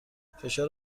فشار